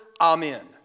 Amen